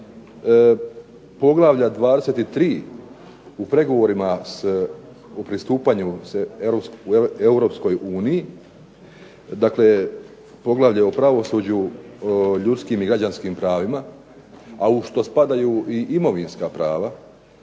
poglavlja 23. u pregovorima u pristupanju Europskoj uniji, dakle poglavlje o pravosuđu, o ljudskim i građanskim pravima, a u što spadaju i imovinska prava